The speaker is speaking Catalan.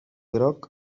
groc